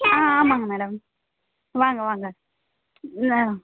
ஆ ஆமாங்க மேடம் வாங்க வாங்க ஆ